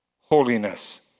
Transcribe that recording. Holiness